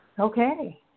Okay